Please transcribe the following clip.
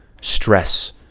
stress